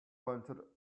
wanted